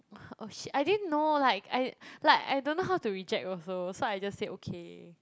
oh shit I didn't know like I like I don't know how to reject also so I just say okay